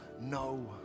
No